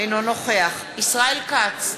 אינו נוכח ישראל כץ,